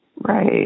Right